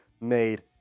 made